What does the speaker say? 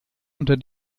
unter